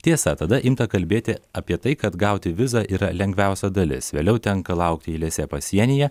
tiesa tada imta kalbėti apie tai kad gauti vizą yra lengviausia dalis vėliau tenka laukti eilėse pasienyje